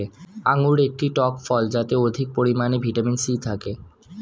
আঙুর একটি টক ফল যাতে অধিক পরিমাণে ভিটামিন সি থাকে